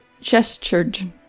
gestured